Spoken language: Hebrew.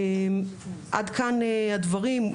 עד כאן הדברים.